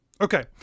Okay